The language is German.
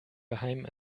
geheim